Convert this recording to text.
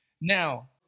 Now